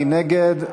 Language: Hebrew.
מי נגד?